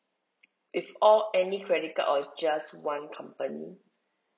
with all any credit card or just one company